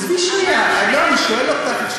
עזבי שנייה, לא אני שואל אותך,